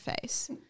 face